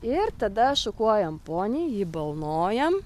ir tada šukuojam ponį jį balnojam